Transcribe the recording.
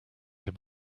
him